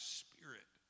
spirit